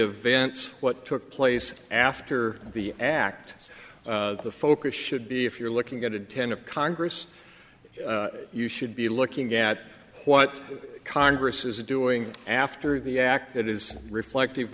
events what took place after the act the focus should be if you're looking at intent of congress you should be looking at what congress is doing after the act that is reflective